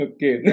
Okay